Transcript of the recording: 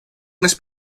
més